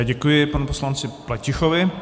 Děkuji panu poslanci Pletichovi.